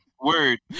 Word